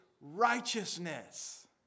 righteousness